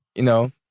you know,